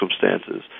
circumstances